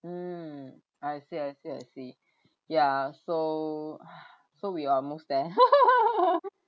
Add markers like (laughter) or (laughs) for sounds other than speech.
mm I see I see I see yeah so ah so we are almost there (laughs)